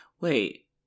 Wait